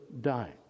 dying